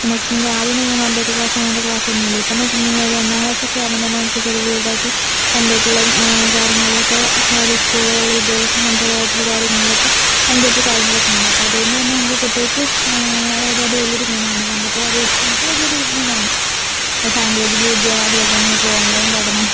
ഇതെന്ന് വെച്ചിട്ടുണ്ടെങ്കിൽ ആദ്യം ഒന്നും കമ്പ്യൂട്ടർ ക്ലാസ്സ് അങ്ങനത്തെ ക്ലാസ് ഒന്നും ഇല്ല ഇപ്പോഴെന്ന് വെച്ചിട്ടുണ്ടെങ്കിൽ ഒരു ഒന്നാം ക്ലാസ് ഒക്കെ ആകുമ്പോൾതന്നെ നമുക്ക് ചെറുത് ചെറുതായിട്ട് കമ്പ്യൂട്ടറിലും കാര്യങ്ങളിലൊക്കെ അതായത് സ്കൂളുകളില് വിദ്യാഭ്യാസ സമ്പ്രദായത്തിൽ കാര്യങ്ങളിലൊക്കെ കമ്പ്യൂട്ടർ കാര്യങ്ങളൊക്കെ ഉണ്ട് അപ്പോൾ അതുകൊണ്ടുതന്നെ നമുക്ക് കുട്ടികൾക്ക് അതായത് അത് വലിയൊരു ഗുണമാണ് പണ്ടത്തെ അപേക്ഷിച്ച് നമുക്ക് വലിയൊരു ഗുണമാണ് ഇപ്പോൾ സാങ്കേതിക വിദ്യ അതുപോലെതന്നെ ഇപ്പോൾ ഓൺലൈൻ പഠനം